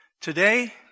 Today